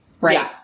Right